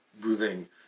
moving